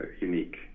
unique